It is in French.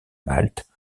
malte